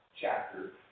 chapter